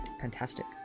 fantastic